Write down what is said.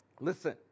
Listen